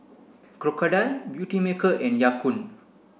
Crocodile Beautymaker and Ya Kun